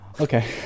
Okay